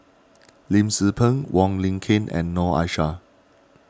Lim Tze Peng Wong Lin Ken and Noor Aishah